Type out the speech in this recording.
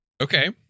Okay